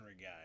guy